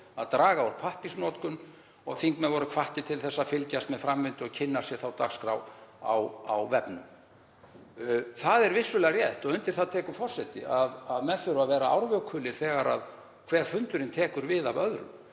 að draga úr pappírsnotkun og þingmenn voru hvattir til að fylgjast með framvindu og kynna sér þá dagskrá á vefnum. Það er vissulega rétt, og undir það tekur forseti, að menn þurfa að vera árvökulir þegar hver fundurinn tekur við af öðrum